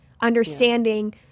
understanding